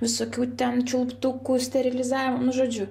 visokių ten čiulptukų sterilizavim nu žodžiu